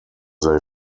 they